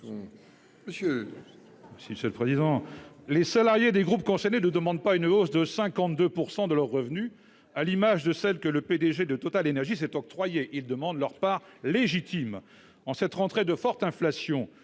pour la réplique. Les salariés des groupes concernés ne demandent pas une hausse de 52 % de leurs revenus, à l'image de celle que le PDG de TotalEnergies s'est octroyée. Ils demandent leur part légitime. En cette rentrée de forte inflation,